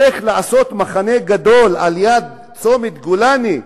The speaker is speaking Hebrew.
איך לעשות מחנה גדול על-יד צומת גולני,